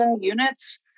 units